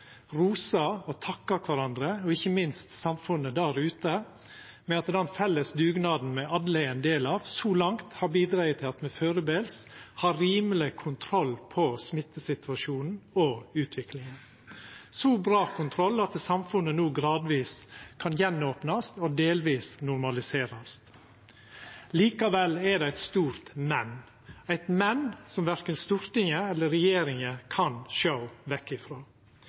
rosa og takka kvarandre, og ikkje minst samfunnet der ute, for at den felles dugnaden me alle er ein del av, så langt har bidrege til at me førebels har rimeleg kontroll på smittesituasjonen og utviklinga – så bra kontroll at samfunnet no gradvis igjen kan opnast og delvis normaliserast. Likevel er det eit stort men, eit men som verken Stortinget eller regjeringa kan sjå vekk